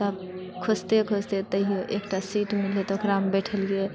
तब खोजते खोजते तहियो एकटा सीट मिललै तब ओकरा पर बैठलिऐ